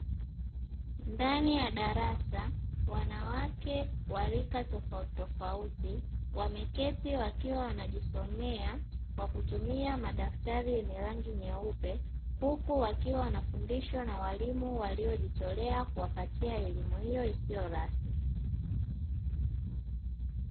Ndani ya darasa wanawake wa rika tofauti tofauti wameketi wakiwa wanajisomea kwa kutumia madaftari yenye rangi nyeupe, huku wakiwa wanafundishwa na walimu waliojitolea kuwapatia elimu hio isio rasmi.